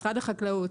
משרד החקלאות,